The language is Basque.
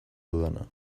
dudana